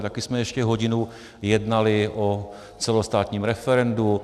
Taky jsme ještě hodinu jednali o celostátním referendu.